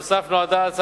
נוסף על כך,